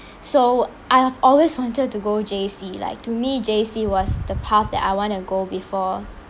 so I have always wanted to go J_C like to me J_C was the path that I want to go before